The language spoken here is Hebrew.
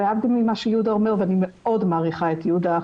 להבדיל ממה שיהודה אומר ואני מעריכה מאוד את יהודה,